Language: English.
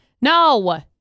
No